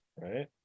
Right